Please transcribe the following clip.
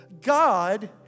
God